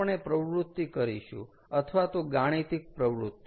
આપણે પ્રવૃતિ કરીશું અથવા તો ગાણિતિક પ્રવૃતિ